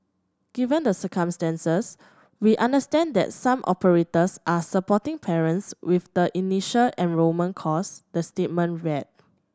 given the circumstances we understand that some operators are supporting parents with the initial enrolment costs the statement read